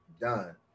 done